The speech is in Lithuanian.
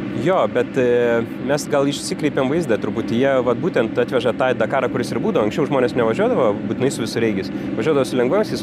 jo bet mes gal išsikreipėm vaizdą turbūt jie vat būtent atveža tą į dakarą kuris ir būdavo anksčiau žmonės nevažiuodavo būtinai su visureigiais važiuodavo su lengvasis